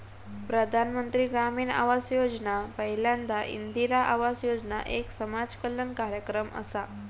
प्रधानमंत्री ग्रामीण आवास योजना पयल्यांदा इंदिरा आवास योजना एक समाज कल्याण कार्यक्रम असा